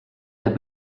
der